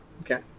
Okay